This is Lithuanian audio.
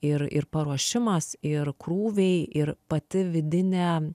ir ir paruošimas ir krūviai ir pati vidinė